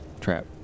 trap